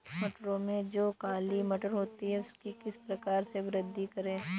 मटरों में जो काली मटर होती है उसकी किस प्रकार से वृद्धि करें?